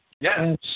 Yes